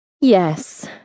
Yes